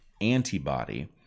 antibody